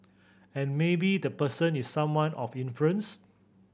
and maybe the person is someone of influence